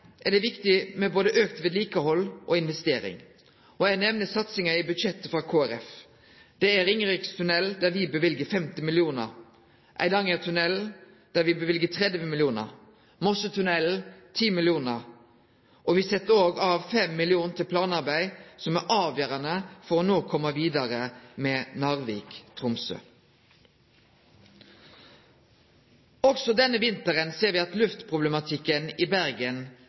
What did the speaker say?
er det viktig med både auka vedlikehald og investering. Eg nemner satsingar frå Kristeleg Folkeparti: Det er Ringerikstunnelen, der me løyver 50 mill. kr, Eidangertunnelen, der me løyver 30 mill. kr, og Mossetunnelen 10 mill. kr. Me set òg av 5 mill. kr til planarbeid som er avgjerande for no å kome vidare med jernbane Narvik–Tromsø. Også denne vinteren ser luftproblematikken i Bergen